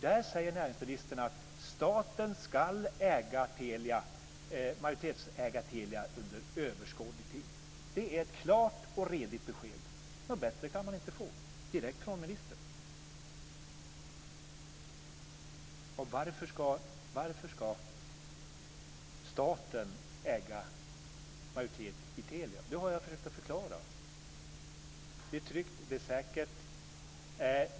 Där säger näringsministern att staten ska majoritetsäga Telia under överskådlig tid. Det är ett klart och redigt besked. Något bättre kan man inte få. Det kommer direkt från ministern. Varför ska staten äga en majoritet i Telia? Det har jag försökt att förklara. Det är tryggt och säkert.